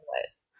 ways